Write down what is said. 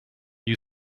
you